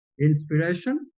inspiration